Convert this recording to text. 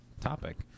topic